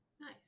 Nice